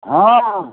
ହଁ